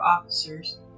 officers